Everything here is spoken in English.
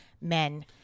men